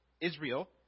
Israel